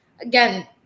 again